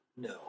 No